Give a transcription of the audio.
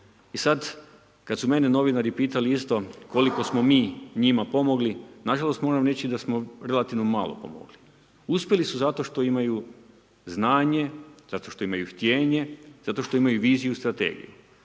I sad kad su mene novinari pitali isto, koliko smo mi, njima pomogli, nažalost, moram reći, da smo relativno malo pomogli. Uspjeli su zato što imaju znanje, zato što imaju htjenje, zato što imaju viziju i strategiju.